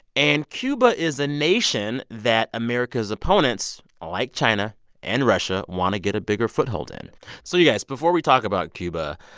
and cuba is a nation that america's opponents, like china and russia, want to get a bigger foothold in so, you guys, before we talk about cuba,